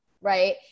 right